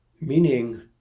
Meaning